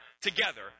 Together